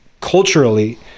culturally